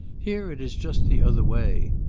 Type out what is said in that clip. here it is just the other way.